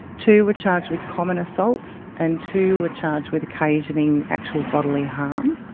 two were charged with common assault, and two were charged with occasioning actual bodily harm.